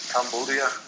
Cambodia